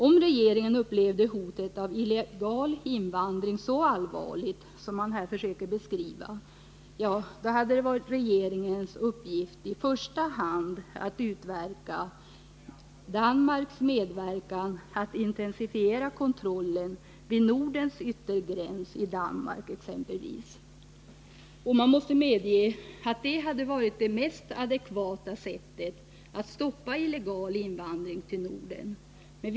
Om regeringen upplevde hotet av illegal invandring så allvarligt som man här försöker beskriva hade det varit regeringens uppgift att i första hand utverka Danmarks medverkan till att intensifiera kontrollen vid Nordens yttergräns i Danmark. Man måste medge att det hade varit det mest adekvata sättet att stoppa illegal invandring till Norden.